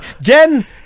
Jen